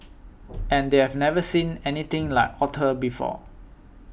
and they've never seen anything like otter before